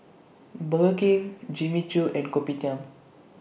Burger King Jimmy Choo and Kopitiam